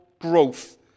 growth